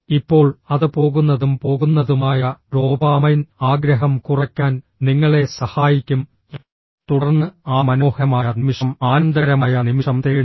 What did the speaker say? ഇപ്പോൾ അത് പോകുന്നതും പോകുന്നതുമായ ഡോപാമൈൻ ആഗ്രഹം കുറയ്ക്കാൻ നിങ്ങളെ സഹായിക്കും തുടർന്ന് ആ മനോഹരമായ നിമിഷം ആനന്ദകരമായ നിമിഷം തേടുന്നു